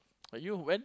and you when